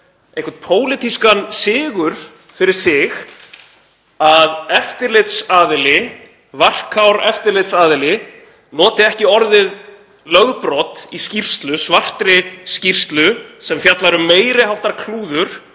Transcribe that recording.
einhvern pólitískan sigur fyrir sig að varkár eftirlitsaðili noti ekki orðið lögbrot í svartri skýrslu sem fjallar um meiri háttar klúður